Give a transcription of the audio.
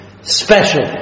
special